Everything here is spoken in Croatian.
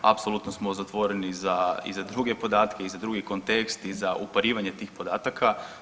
Apsolutno smo zatvoreni i za druge podatke i za drugi kontekst i za uparivanje tih podataka.